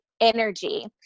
energy